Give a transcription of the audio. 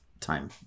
time